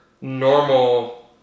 normal